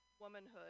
womanhood